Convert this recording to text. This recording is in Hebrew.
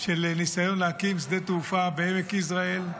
של ניסיון להקים שדה תעופה בעמק יזרעאל,